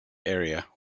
area